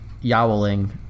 yowling